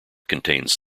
contains